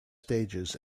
stages